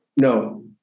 No